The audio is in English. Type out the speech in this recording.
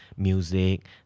Music